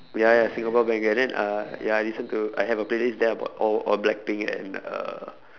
ya ya singapore bank ya then uh ya I listen to I have a playlist there about all all blackpink and uh